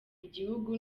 igihugu